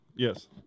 Yes